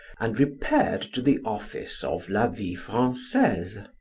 and repaired to the office of la vie francaise.